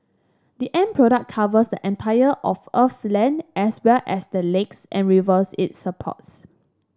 the end product covers the entire of Earth's land as well as the lakes and rivers it supports